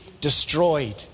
destroyed